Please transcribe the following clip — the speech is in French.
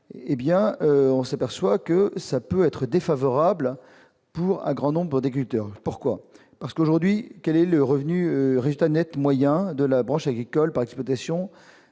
on s'aperçoit que ça peut être défavorable pour un grand nombre d'agriculteurs, pourquoi, parce qu'aujourd'hui, quel est le revenu résultat Net moyen de la branche agricole par exploitation